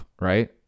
right